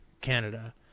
Canada